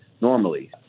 normally